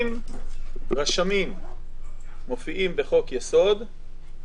אם רשמים מופיעים בחוק יסוד,